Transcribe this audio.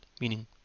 Meaning